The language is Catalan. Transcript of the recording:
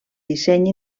disseny